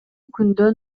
күндөн